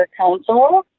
Council